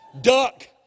Duck